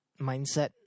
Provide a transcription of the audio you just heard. mindset